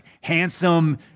handsome